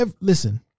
listen